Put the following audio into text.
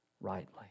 rightly